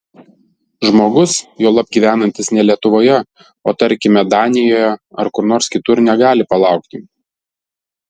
žmogus juolab gyvenantis ne lietuvoje o tarkime danijoje ar kur nors kitur negali palaukti